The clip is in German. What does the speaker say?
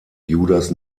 judas